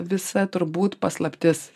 visa turbūt paslaptis